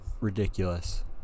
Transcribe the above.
Ridiculous